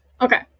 Okay